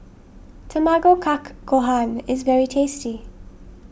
Tamago Kake Gohan is very tasty